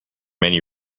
many